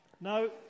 No